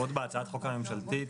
עוד בהצעת חוק הממשלתית,